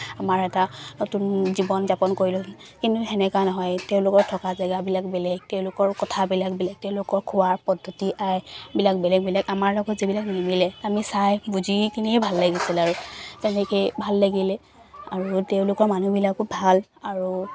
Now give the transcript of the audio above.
আমাৰ এটা নতুন জীৱন যাপন কৰিলো কিন্তু তেনেকুৱা নহয় তেওঁলোকৰ থকা জেগাবিলাক বেলেগ তেওঁলোকৰ কথাবিলাক বেলেগ তেওঁলোকৰ খোৱাৰ পদ্ধতি আইবিলাক বেলেগ বেলেগ আমাৰ লগত যিবিলাক নিমিলে আমি চাই বুজি কিনিয়ে ভাল লাগিছিল আৰু তেনেকেই ভাল লাগিলে আৰু তেওঁলোকৰ মানুহবিলাকো ভাল আৰু